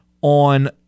on